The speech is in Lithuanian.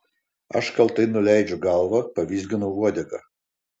aš kaltai nuleidžiu galvą pavizginu uodegą